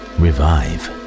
revive